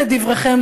לדבריכם,